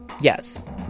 Yes